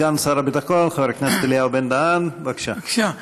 סגן שר הביטחון חבר הכנסת אליהו בן-דהן, בבקשה.